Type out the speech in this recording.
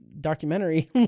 documentary